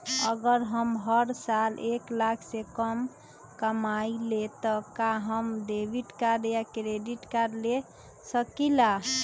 अगर हम हर साल एक लाख से कम कमावईले त का हम डेबिट कार्ड या क्रेडिट कार्ड ले सकीला?